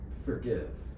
forgive